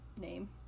Name